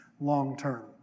long-term